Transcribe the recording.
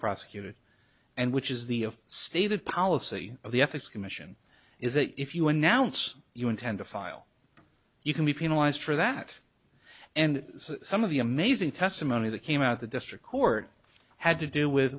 prosecuted and which is the of stated policy of the ethics commission is that if you announce you intend to file you can be penalized for that and some of the amazing testimony that came out the district court had to do with